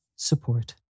Support